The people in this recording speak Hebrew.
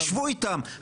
ישבו איתם?